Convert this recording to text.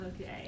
Okay